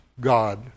God